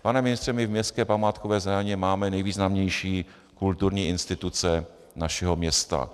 Pane ministře, my v městské památkové zóně máme nejvýznamnější kulturní instituce našeho města.